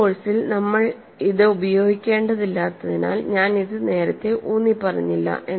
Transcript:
ഈ കോഴ്സിൽ നമ്മൾ ഇത് ഉപയോഗിക്കേണ്ടതില്ലാത്തതിനാൽ ഞാൻ ഇത് നേരത്തെ ഊന്നിപ്പറഞ്ഞില്ല